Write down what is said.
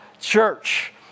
church